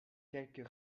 quelques